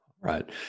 Right